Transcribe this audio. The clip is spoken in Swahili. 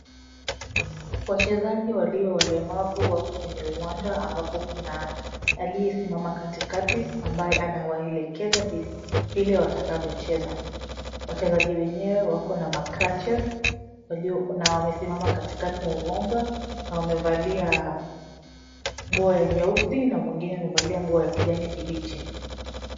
Wachezaji walio walemavu wako kwenye uwanja ambapo kuna aliyesimama katikati ambaye anawaelekeza vile watakavyo cheza. Wachezaji wenyewe wako na macrutches na wamesimama katikati ya uwanja na wamevalia nguo ya nyeusi na mwingine amevalia nguo ya kijani kibichi.